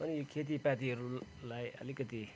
अनि यो खेतीपातीहरूलाई आलिकति